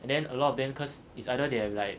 and then a lot of them cause it's either they have like